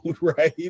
right